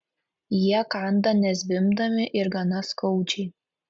jie kanda nezvimbdami ir gana skaudžiai